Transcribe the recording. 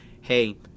hey